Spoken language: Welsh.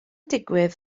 digwydd